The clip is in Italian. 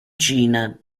cina